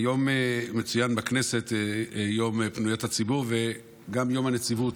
היום מצוין בכנסת יום פניות הציבור וגם יום הנציבות,